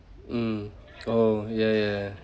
mm oh ya ya